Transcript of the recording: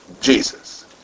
Jesus